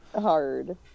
Hard